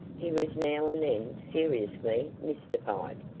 he was now and then seriously mystified.